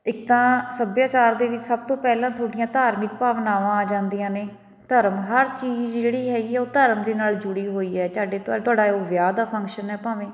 ਇੱਕ ਤਾਂ ਸੱਭਿਆਚਾਰ ਦੇ ਵਿੱਚ ਸਭ ਤੋਂ ਪਹਿਲਾਂ ਤੁਹਾਡੀਆਂ ਧਾਰਮਿਕ ਭਾਵਨਾਵਾਂ ਆ ਜਾਂਦੀਆਂ ਨੇ ਧਰਮ ਹਰ ਚੀਜ਼ ਜਿਹੜੀ ਹੈਗੀ ਹੈ ਉਹ ਧਰਮ ਦੇ ਨਾਲ ਜੁੜੀ ਹੋਈ ਹੈ ਚਾਡੇ ਤੁਹਾ ਤੁਹਾਡਾ ਉਹ ਵਿਆਹ ਦਾ ਫੰਕਸ਼ਨ ਹੈ ਭਾਵੇਂ